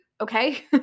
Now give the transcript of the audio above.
okay